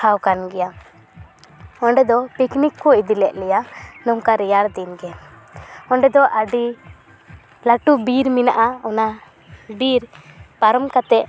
ᱴᱷᱟᱶ ᱠᱟᱱ ᱜᱮᱭᱟ ᱚᱸᱰᱮ ᱫᱚ ᱯᱤᱠᱱᱤᱠ ᱤᱫᱤ ᱞᱮᱫ ᱞᱮᱭᱟ ᱱᱚᱝᱠᱟ ᱨᱮᱭᱟᱲ ᱫᱤᱱ ᱜᱮ ᱚᱸᱰᱮ ᱫᱚ ᱟᱹᱰᱤ ᱞᱟᱹᱴᱩ ᱵᱤᱨ ᱢᱮᱱᱟᱜᱼᱟ ᱚᱱᱟ ᱵᱤᱨ ᱯᱟᱨᱚᱢ ᱠᱟᱛᱮᱜ